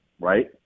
right